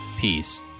Peace